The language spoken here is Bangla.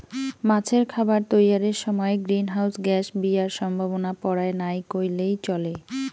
মাছের খাবার তৈয়ারের সমায় গ্রীন হাউস গ্যাস বিরার সম্ভাবনা পরায় নাই কইলেই চলে